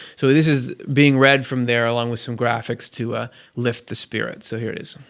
so this is being read from there, along with some graphics to ah lift the spirit. so here it is.